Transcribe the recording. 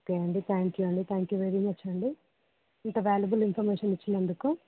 okay అండి thank you అండి thank you very much అండి ఇంత వాల్యుబుల్ ఇన్ఫర్మేషన్ ఇచ్చినందుకు